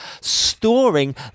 storing